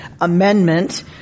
amendment